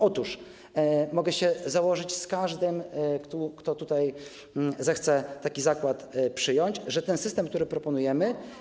Otóż mogę się założyć z każdym, kto tutaj zechce taki zakład przyjąć, że ten system, który proponujemy.